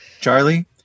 Charlie